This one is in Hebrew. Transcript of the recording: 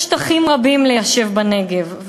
יש שטחים רבים ליישב בנגב,